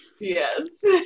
Yes